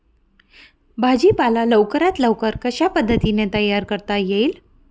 भाजी पाला लवकरात लवकर कशा पद्धतीने तयार करता येईल?